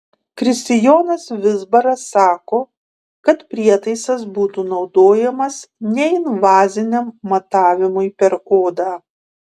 kristijonas vizbaras sako kad prietaisas būtų naudojamas neinvaziniam matavimui per odą